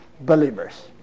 believers